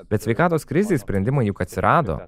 bet sveikatos krizei sprendimai juk atsirado